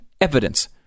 evidence